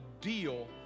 deal